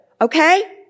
Okay